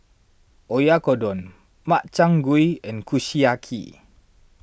Oyakodon Makchang Gui and Kushiyaki